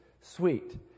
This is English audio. Sweet